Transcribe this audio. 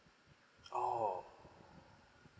orh